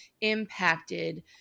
impacted